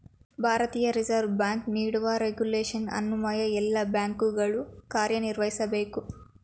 ಭಾರತೀಯ Reserve Bank ನೀಡುವ regulation ಅನ್ವಯ ಎಲ್ಲ ಬ್ಯಾಂಕುಗಳು ಕಾರ್ಯನಿರ್ವಹಿಸಬೇಕು